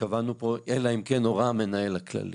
שקבענו פה "אלא אם כן הורה המנהל הכללי",